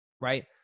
right